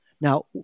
now